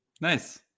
Nice